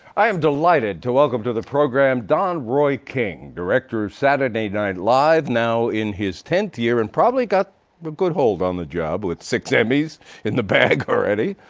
i am delighted to welcome to the program don roy king director of saturday night live now in his tenth year and probably got a but good hold on the job with six emmys in the bag already.